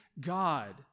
God